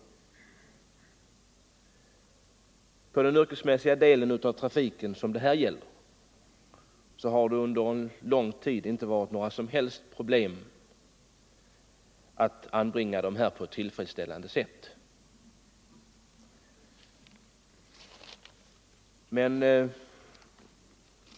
Inom den yrkesmässiga delen av trafiken, som det här gäller, har det under lång tid inte varit några som helst problem att anbringa sådana ljus på ett tillfredsställande sätt.